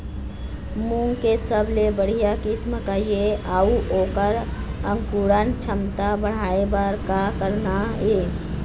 मूंग के सबले बढ़िया किस्म का ये अऊ ओकर अंकुरण क्षमता बढ़ाये बर का करना ये?